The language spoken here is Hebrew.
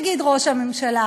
יגיד ראש הממשלה.